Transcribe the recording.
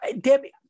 Debbie